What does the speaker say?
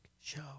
show